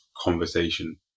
conversation